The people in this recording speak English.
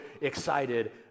excited